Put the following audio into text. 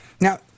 now